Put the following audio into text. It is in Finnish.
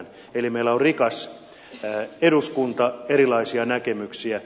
eli meillä on rikas eduskunta erilaisia näkemyksiä